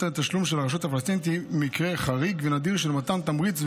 ואנחנו נשלח לו את תנחומינו,